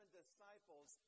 disciples